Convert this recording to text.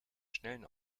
schnellen